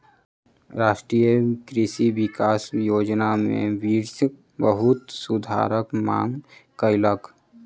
राष्ट्रीय कृषि विकास योजना में विपक्ष बहुत सुधारक मांग कयलक